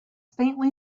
faintly